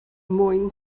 mwyn